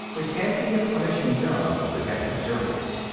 which can be a punishing job with heavy materials.